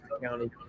County